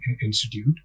institute